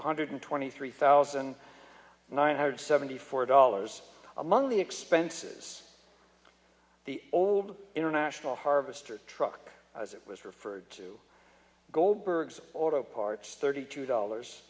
o hundred twenty three thousand nine hundred seventy four dollars among the expenses the old international harvester truck as it was referred to goldberg's auto parts thirty two dollars